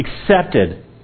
accepted